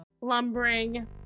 lumbering